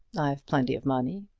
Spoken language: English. i've plenty of money.